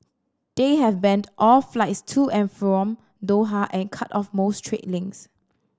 they have banned all flights to and from Doha and cut off most trade links